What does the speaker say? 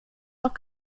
noch